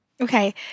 Okay